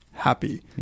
happy